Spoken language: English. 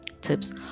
tips